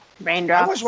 Raindrop